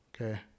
Okay